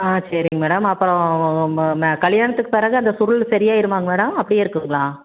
ஆ சேரிங்க மேடம் அப்புறோம் கல்யாணத்துக்கு பிறகு அந்த சுருள் சரியாருமாங்க மேடம் அப்படியே இருக்குதுங்களா